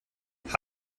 hast